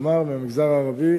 כלומר מהמגזר הערבי,